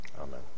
Amen